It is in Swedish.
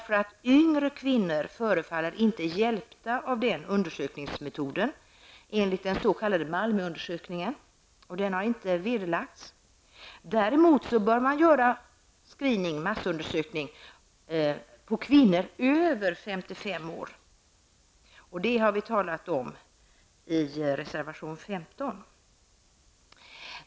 Det förefaller inte som om den undersökningsmetoden är tillämplig för yngre kvinnor. Den s.k. Malmöundersökningen har inte vederlagts. Däremot bör man göra screening, massundersökning, av kvinnor över 55 år. Det har vi talat om i reservation nr 15.